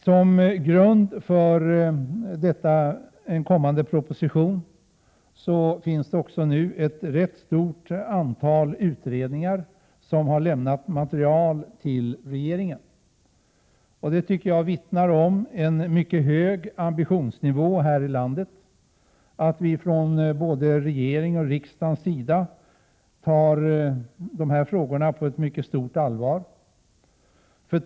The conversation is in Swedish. Som grund för den kommande propositionen finns också ett rätt stort antal utredningar som har lämnat material till regeringen. Det tycker jag vittnar om att vi har en mycket hög ambitionsnivå här i landet och att vi ifrån både regeringens och riksdagens sida tar dessa frågor på mycket stort allvar.